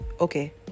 okay